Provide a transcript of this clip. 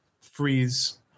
freeze